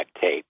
tape